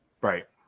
Right